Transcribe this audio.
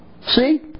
See